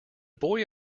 boy